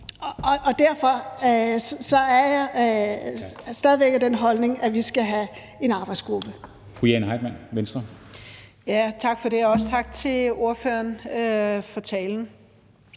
Og derfor er jeg stadig væk af den holdning, at vi skal have en arbejdsgruppe.